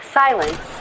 silence